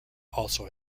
also